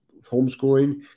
homeschooling